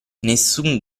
nessun